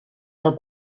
del